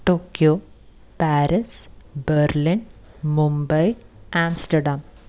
Tokyo Paris Berlin Mumbai Amsterdam